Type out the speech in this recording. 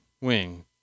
wing